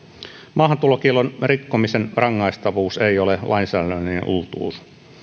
maahantulokiellon rikkomisen rangaistavuus ei ole lainsäädännöllinen uutuus